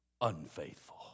unfaithful